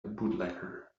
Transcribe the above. bootlegger